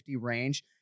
range